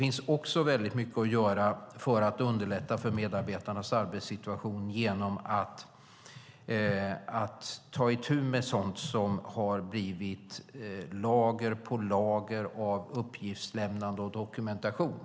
Det finns det också för att underlätta för medarbetarnas arbetssituation genom att ta itu med sådant som har blivit till lager på lager av uppgiftslämnande och dokumentation.